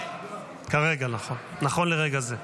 נכון לרגע זה.